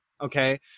Okay